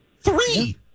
Three